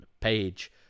page